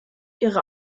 ihre